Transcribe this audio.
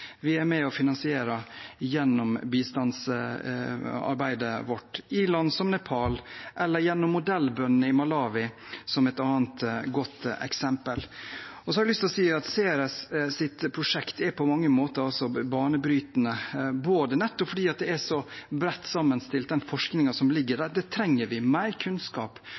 vi er med på å finansiere gjennom bistandsarbeidet vårt, i land som Nepal, eller gjennom modellbøndene i Malawi, som er et annet godt eksempel. Så har jeg lyst til å si at Ceres2030s prosjekt på mange måter er banebrytende, både fordi forskningen som ligger der, er så bredt sammenstilt – det trenger vi, mer kunnskap